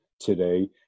today